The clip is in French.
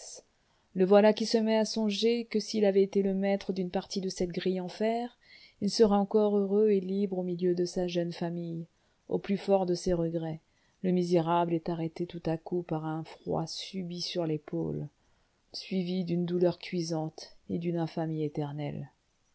le voilà qui se met à songer que s'il avait été le maître d'une partie de cette grille en fer il serait encore heureux et libre au milieu de sa jeune famille au plus fort de ses regrets le misérable est arrêté tout à coup par un froid subit sur l'épaule suivi d'une douleur cuisante et d'une infamie éternelle